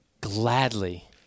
gladly